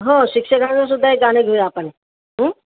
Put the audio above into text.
हो शिक्षकांना सुद्धा एक गाणं घेऊया आपण